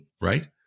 right